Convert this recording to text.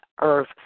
earth